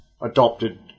adopted